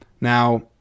Now